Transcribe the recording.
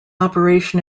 operation